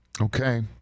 Okay